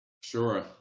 Sure